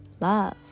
Love